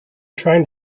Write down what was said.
trying